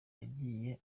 yagiye